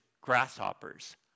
grasshoppers